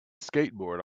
skateboard